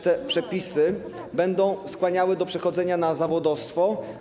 Te przepisy będą wręcz skłaniały do przechodzenia na zawodowstwo.